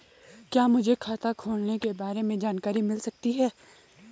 क्या मुझे खाते खोलने के बारे में जानकारी मिल सकती है?